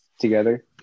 together